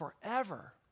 forever